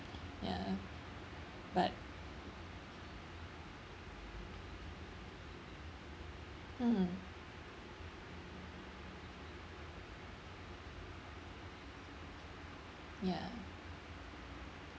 ya but mm ya